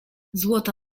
złota